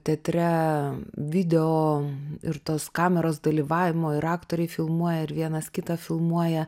teatre video ir tos kameros dalyvavimo ir aktoriai filmuoja ir vienas kitą filmuoja